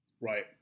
Right